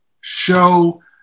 show